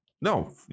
No